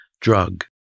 drug